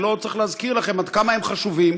שלא צריך להזכיר לכם עד כמה הם חשובים,